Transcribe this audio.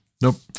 Nope